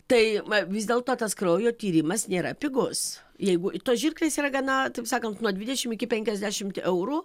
tai va vis dėlto tas kraujo tyrimas nėra pigus jeigu tos žirklės yra gana taip sakant nuo dvidešimt iki penkiasdešimt eurų